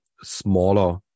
smaller